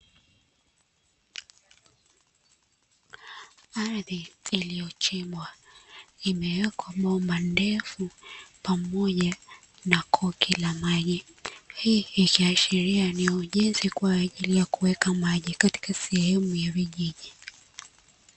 Ardhi iliyochimbwa imewekwa bomba ndefu pamoja na koki la maji, hii ikiashiria ni ujenzi kwaaajili ya kuweka maji katika sehemu ya vijiji.